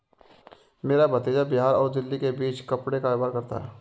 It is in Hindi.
मेरा भतीजा बिहार और दिल्ली के बीच कपड़े का व्यापार करता है